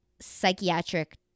psychiatric